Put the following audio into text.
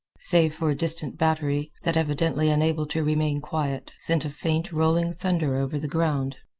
save for a distant battery that, evidently unable to remain quiet, sent a faint rolling thunder over the ground.